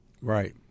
Right